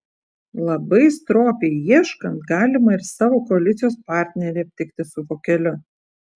labai stropiai ieškant galima ir savo koalicijos partnerį aptikti su vokeliu